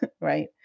right